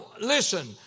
listen